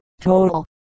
Total